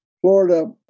Florida